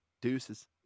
deuces